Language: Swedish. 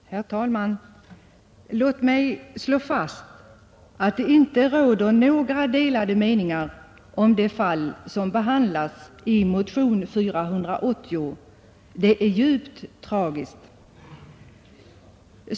Herr talman! Låt mig slå fast att det inte råder några delade meningar om det fall som behandlas i motion 480, det är djupt tragiskt.